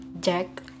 Jack